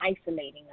isolating